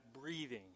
breathing